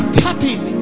tapping